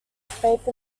faith